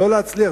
לא להצליח.